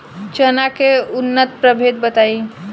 चना के उन्नत प्रभेद बताई?